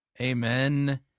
Amen